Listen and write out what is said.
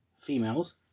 females